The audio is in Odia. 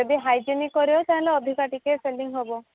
ଯଦି ହାଇଜେନିକ୍ କରିବ ତାହେଲେ ଅଧିକା ଟିକେ ସେଲିଂ ହେବ